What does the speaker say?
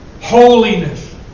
Holiness